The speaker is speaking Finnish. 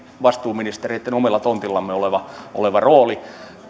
vastuuministereitten omilla tonteilla oleva oleva rooli